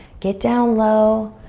get down low.